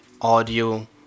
audio